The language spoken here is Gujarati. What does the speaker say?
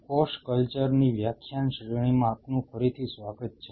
કોષ કલ્ચરની વ્યાખ્યાન શ્રેણીમાં આપનું ફરીથી સ્વાગત છે